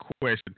question